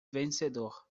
vencedor